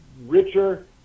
richer